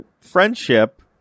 friendship